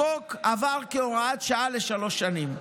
החוק עבר כהוראת שעה לשלוש שנים,